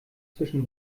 zwischen